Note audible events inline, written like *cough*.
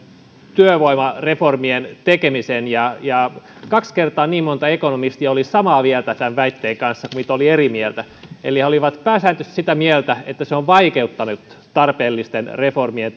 työvoimareformien tekemistä ja kaksi kertaa niin monta ekonomistia oli samaa mieltä tämän väitteen kanssa kuin oli eri mieltä eli he olivat pääsääntöisesti sitä mieltä että se on vaikeuttanut tarpeellisten reformien *unintelligible*